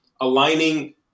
aligning